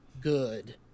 good